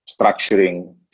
structuring